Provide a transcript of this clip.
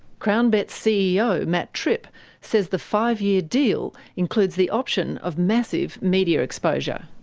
crownbet's ceo matt tripp says the five-year deal includes the option of massive media exposure.